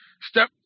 Step